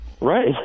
Right